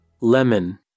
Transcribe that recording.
lemon